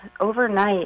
overnight